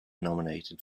nominated